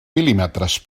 mil·límetres